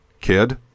kid